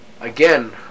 again